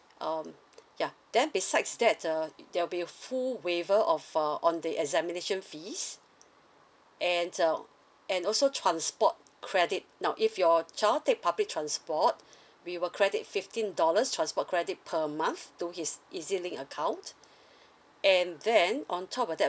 um ya then besides that uh there'll be a full waiver of uh on the examination fees and uh and also transport credit now if your child take public transport we will credit fifteen dollars transport credit per month to his ezlink account and then on top of that